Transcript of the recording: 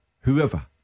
Whoever